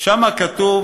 שם כתוב